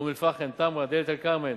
אום-אל-פחם, תמרה, דאלית-אל-כרמל,